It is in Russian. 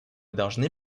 должны